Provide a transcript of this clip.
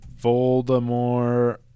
Voldemort